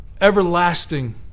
everlasting